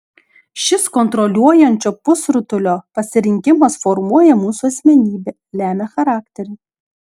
šis kontroliuojančio pusrutulio pasirinkimas formuoja mūsų asmenybę lemia charakterį